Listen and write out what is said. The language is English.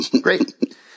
Great